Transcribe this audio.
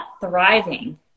thriving